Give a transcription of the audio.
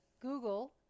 Google